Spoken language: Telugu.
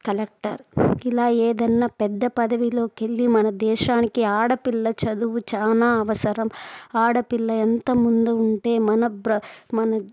కలెక్టర్ ఇలా ఏదైనా పెద్ద పదవిలోకి వెళ్ళి మన దేశానికి ఆడపిల్ల చదువు చాలా అవసరం ఆడపిల్ల ఎంత ముందు ఉంటే మన బ్ర మన